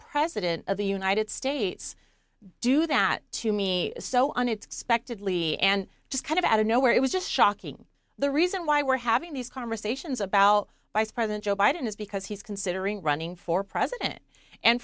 president of the united states do that to me so unexpectedly and just kind of out of nowhere it was just shocking the reason why we're having these conversations about vice president joe biden is because he's considering running for president and